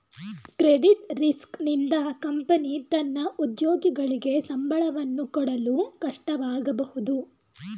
credit risk ನಿಂದ company ತನ್ನ ಉದ್ಯೋಗಿಗಳಿಗೆ ಸಂಬಳವನ್ನು ಕೊಡಲು ಕಷ್ಟವಾಗಬಹುದು